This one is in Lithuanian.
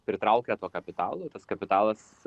pritraukia to kapitalo tas kapitalas